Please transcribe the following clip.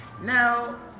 Now